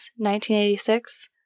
1986